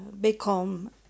become